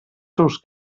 seus